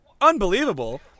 Unbelievable